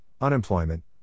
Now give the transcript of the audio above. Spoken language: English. unemployment